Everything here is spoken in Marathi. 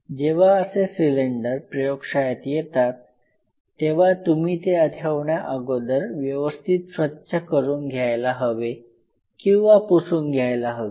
जेव्हा असे सिलेंडर प्रयोगशाळेत येतात तेव्हा तुम्ही ते ठेवण्याअगोदर व्यवस्थित स्वच्छ करून घ्यायला हवे किंवा पुसून घ्यायला हवे